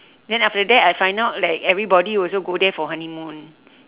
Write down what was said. then after that I find out like everybody also go there for honeymoon